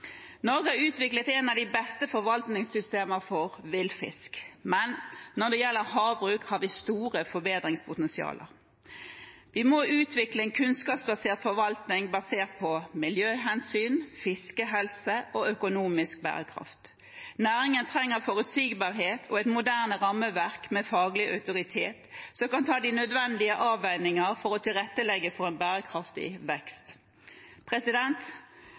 Norge har utviklet et av de beste forvaltningssystemer for villfisk, men når det gjelder havbruk, har vi store forbedringspotensialer. Vi må utvikle en kunnskapsbasert forvaltning basert på miljøhensyn, fiskehelse og økonomisk bærekraft. Næringen trenger forutsigbarhet og et moderne rammeverk med faglig autoritet som kan ta de nødvendige avveiningene for å tilrettelegge for en bærekraftig vekst.